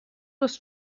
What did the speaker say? was